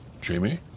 Jamie